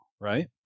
right